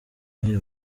nkiri